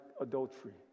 adultery